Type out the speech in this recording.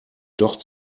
doch